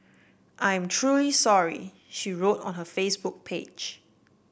I'm truly sorry she wrote on her Facebook page